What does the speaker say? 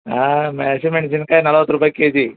ಹಾಂ ಮೆ ಹಸಿ ಮೆಣ್ಸಿನ್ಕಾಯಿ ನಲ್ವತ್ತು ರೂಪಾಯಿ ಕೆ ಜಿ